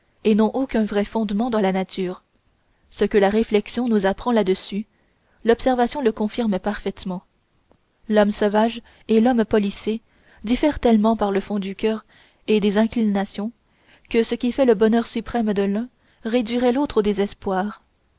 et n'ont aucun vrai fondement dans la nature ce que la réflexion nous apprend là-dessus l'observation le confirme parfaitement l'homme sauvage et l'homme policé diffèrent tellement par le fond du cœur et des inclinations que ce qui fait le bonheur suprême de l'un réduirait l'autre au désespoir